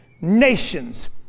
nations